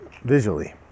visually